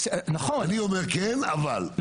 אני אומר כן אבל.